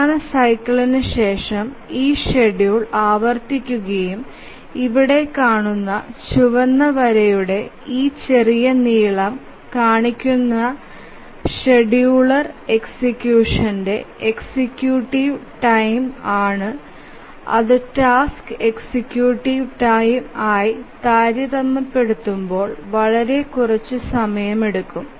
പ്രധാന സൈക്കിളിന് ശേഷം ഈ ഷെഡ്യൂൾ ആവർത്തിക്കുകയും ഇവിടെ കാണുക ചുവന്ന വരയുടെ ഈ ചെറിയ നീളം കാണിക്കുന്നത് ഷെഡ്യൂളർ എക്സിക്യൂഷന്റെ എക്സിക്യൂട്ടിംഗ് ടൈം ആണ് അതു ടാസ്ക് എക്സിക്യൂട്ടിങ് ടൈം ആയി താരതമ്യപ്പെടുത്തുമ്പോൾ വളരെ കുറച്ച് സമയമെടുക്കും